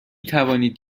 توانید